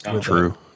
True